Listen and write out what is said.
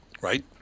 right